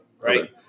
right